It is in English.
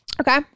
Okay